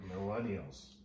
Millennials